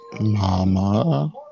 Mama